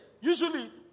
Usually